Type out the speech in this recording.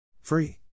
Free